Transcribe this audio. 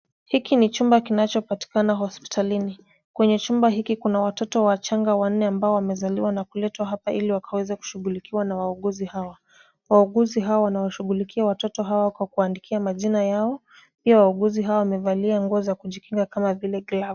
Hiki ni chumba kinachopatikana hospitalini. Kwenye chumba hiki kuna watoto wachanga wanne ambao wamezaliwa na kuletwa hapa ili wakaweze kushughulikiwa na wauguzi hawa. Wauguzi hawa wana washughulikia watoto hawa kwa kuwaandikia majina yao, pia wauguzi hawa wamevalia nguo za kujikinga kama vile glavu.